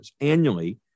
annually